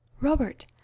Robert